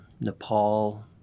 Nepal